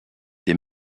des